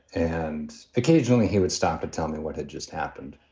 and occasionally he would stop and tell me what had just happened.